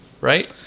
right